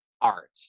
art